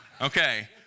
Okay